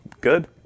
Good